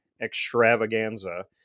extravaganza